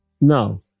No